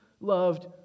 loved